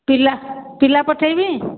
ପିଲା ପିଲା ପଠେଇବି